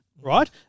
right